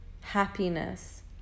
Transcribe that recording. happiness